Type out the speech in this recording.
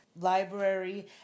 Library